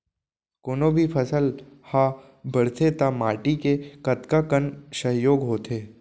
कोनो भी फसल हा बड़थे ता माटी के कतका कन सहयोग होथे?